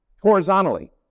horizontally